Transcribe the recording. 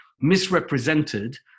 misrepresented